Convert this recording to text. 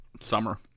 summer